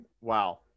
wow